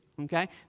okay